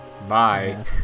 bye